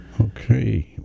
Okay